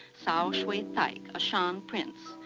sao shwe thaik, a shan prince,